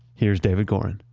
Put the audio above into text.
here's david goren